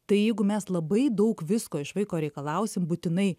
tai jeigu mes labai daug visko iš vaiko reikalausim būtinai